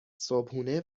صبحونه